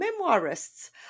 memoirists